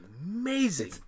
Amazing